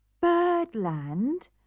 Birdland